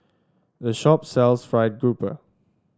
the shop sells fried grouper